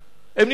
הם נבחרים,